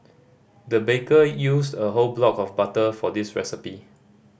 the baker used a whole block of butter for this recipe